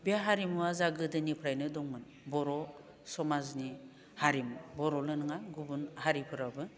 बे हारिमुआ जोंहा गोदोनिफ्रायनो दंमोन बर' समाजनि हारिमु बर'ल' नङा गुबुन हारिफोरावबो